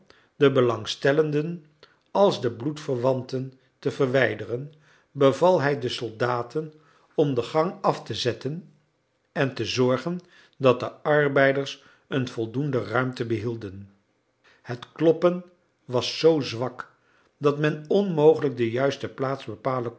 de belangstellenden als de bloedverwanten te verwijderen beval hij den soldaten om de gang af te zetten en te zorgen dat de arbeiders een voldoende ruimte behielden het kloppen was zoo zwak dat men onmogelijk de juiste plaats bepalen